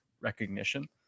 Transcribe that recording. recognition